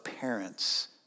parents